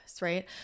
right